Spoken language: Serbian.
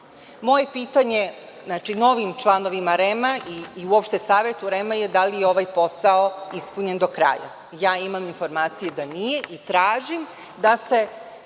Moje pitanje, znači, novim članovima REM-a i uopšte Savetu REM-a - da li je ovaj posao ispunjen do kraja? Ja imam informaciju da nije i tražim da se